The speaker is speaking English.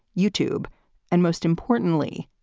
youtube and most importantly,